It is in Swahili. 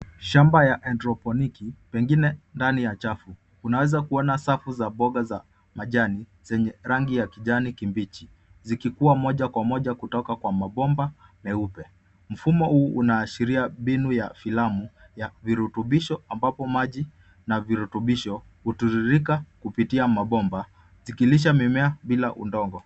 Shamba ya haidroponiki, pengine ndani ya chafu. Unaweza kuona safu za mboga za majani, zenye rangi ya kijani kibichi. Zikikuwa moja kwa moja kutoka kwa mabomba, meupe. Mfumo huu unaashiria mbinu ya filamu ya virutubisho, ambapo maji na virutubisho, hutiririka kupitia mabomba, zikilisha mimea bila udongo.